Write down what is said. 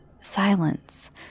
silence